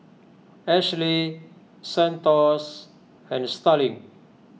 Ashlee Santos and Starling